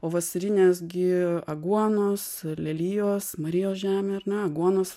o vasarinės gi aguonos lelijos marijos žemė ar ne aguonos